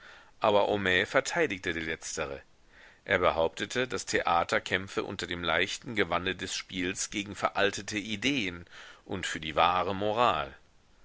aber homais verteidigte die letztere er behauptete das theater kämpfe unter dem leichten gewande des spiels gegen veraltete ideen und für die wahre moral